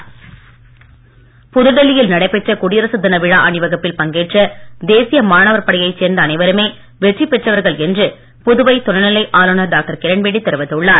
கிரண்பேடி புதுடெல்லியில் நடைபெற்ற குடியரசு தின விழா அணிவகுப்பில் பங்கேற்ற தேசிய மாணவர் படையைச் சேர்ந்த அனைவருமே வெற்றி பெற்றவர்கள் என்று புதுவை துணை நிலை ஆளுநர் டாக்டர் கிரண்பேடி தெரிவித்துள்ளார்